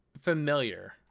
familiar